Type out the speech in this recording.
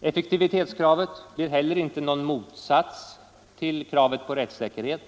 Effektivitetskravet blir heller inte någon motsats till kravet på rättssäkerhet